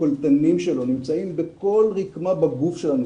שהקולדנים שלו נמצאים בכל רקמה בגוף שלנו,